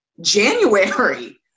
January